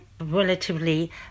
relatively